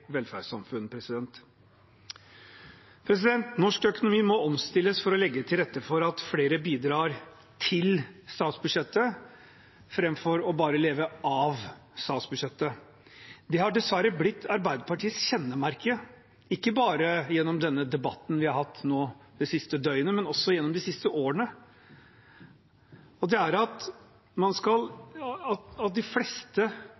Norsk økonomi må omstilles for å legge til rette for at flere bidrar til statsbudsjettet framfor bare å leve av statsbudsjettet. Det har dessverre blitt Arbeiderpartiets kjennemerke, ikke bare gjennom den debatten vi har hatt nå det siste døgnet, men også gjennom de siste årene. De fleste ideene skal faktisk leve av statsbudsjettet, og